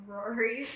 Rory